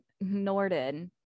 Norton